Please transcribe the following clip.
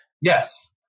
Yes